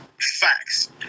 facts